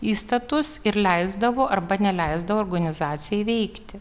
įstatus ir leisdavo arba neleisdavo organizacijai veikti